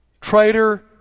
Traitor